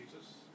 Jesus